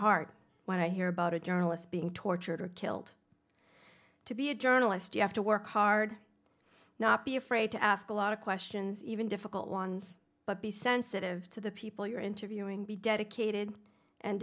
heart when i hear about a journalist being tortured or killed to be a journalist you have to work hard not be afraid to ask a lot of questions even difficult ones but be sensitive to the people you're interviewing be dedicated and